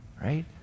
Right